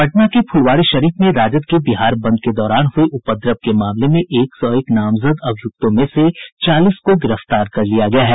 पटना के फुलवारीशरीफ में राजद के बिहार बंद के दौरान हुये उपद्रव के मामले में एक सौ एक नामजद अभियुक्तों में से चालीस को गिरफ्तार कर लिया गया है